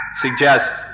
suggest